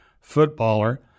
footballer